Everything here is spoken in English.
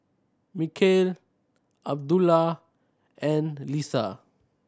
Mikhail Abdullah and Lisa